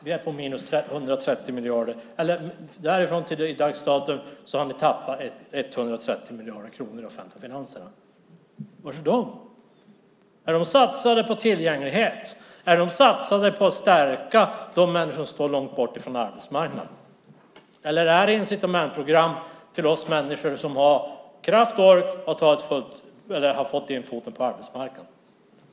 Därifrån och fram till i dag har ni tappat 130 miljarder kronor i de offentliga finanserna. Var är dessa pengar? Har de satsats på tillgänglighet? Har de satsats på att stärka de människor som står långt från arbetsmarknaden? Eller är det ett incitamentsprogram till oss människor som har haft kraft och ork att få in foten på arbetsmarknaden?